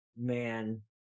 man